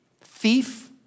thief